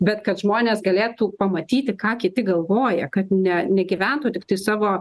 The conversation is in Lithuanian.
bet kad žmonės galėtų pamatyti ką kiti galvoja kad ne negyventų tiktai savo